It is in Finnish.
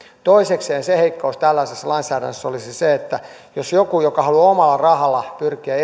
toisekseen se heikkous tällaisessa lainsäädännössä olisi se että jos joku haluaa omalla rahalla pyrkiä